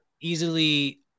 easily